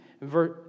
verse